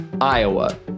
Iowa